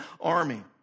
army